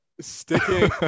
Sticking